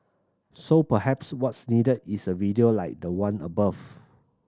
so perhaps what's needed is a video like the one above